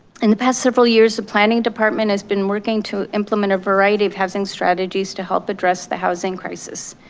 in the past several years, the planning department has been working to implement a variety of housing strategies to help address the housing crisis.